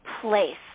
place